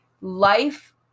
life